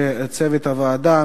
לצוות הוועדה,